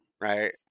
right